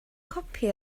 copi